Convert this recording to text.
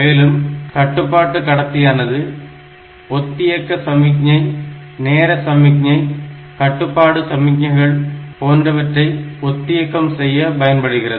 மேலும் கட்டுப்பாட்டு கடத்தியானது ஒத்தியக்க சமிக்ஞை நேர சமிக்ஞை கட்டுப்பாட்டு சமிக்ஞைகள் போன்றவற்றை ஒத்தியக்கம் செய்ய பயன்படுகிறது